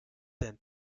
than